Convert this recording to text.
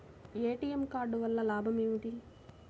ATM card వల్ల లాభం ఏమిటి?